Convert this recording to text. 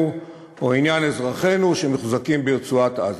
או לעניין אזרחינו שמוחזקים ברצועת-עזה.